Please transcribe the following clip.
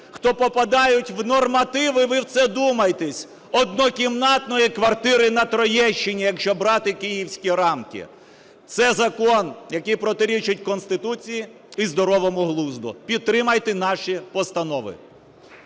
хто попадають в нормативи, ви в це вдумайтеся, однокімнатної квартири на Троєщині, якщо брати київські рамки. Це закон, який протирічить Конституції і здоровому глузду. Підтримайте наші постанови.